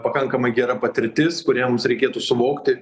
pakankamai gera patirtis kurią mums reikėtų suvokti